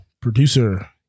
producer